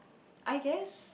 I guess